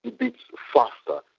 it beats faster,